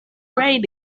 rain